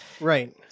Right